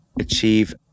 achieve